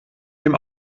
dem